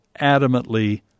adamantly